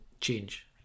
change